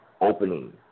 opening